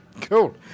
Cool